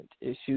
issues